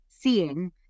seeing